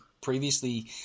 previously